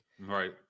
Right